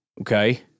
Okay